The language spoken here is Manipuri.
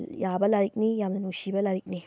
ꯌꯥꯕ ꯂꯥꯏꯔꯤꯛꯅꯤ ꯌꯥꯝꯅ ꯅꯨꯡꯁꯤꯕ ꯂꯥꯏꯔꯤꯛꯅꯤ